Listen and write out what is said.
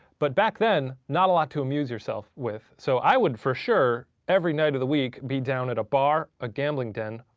but back then, not a lot to amuse yourself with so i would for sure, every night of the week, be down at a bar, a gambling den,